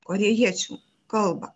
korėjiečių kalbą